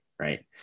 right